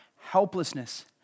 Helplessness